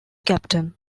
captain